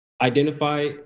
identify